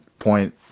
point